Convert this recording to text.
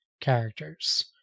characters